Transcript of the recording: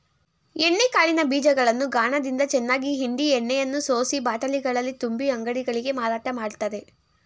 ಎಣ್ಣೆ ಕಾಳಿನ ಬೀಜಗಳನ್ನು ಗಾಣದಿಂದ ಚೆನ್ನಾಗಿ ಹಿಂಡಿ ಎಣ್ಣೆಯನ್ನು ಸೋಸಿ ಬಾಟಲಿಗಳಲ್ಲಿ ತುಂಬಿ ಅಂಗಡಿಗಳಿಗೆ ಮಾರಾಟ ಮಾಡ್ತರೆ